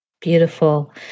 Beautiful